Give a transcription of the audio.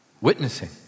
witnessing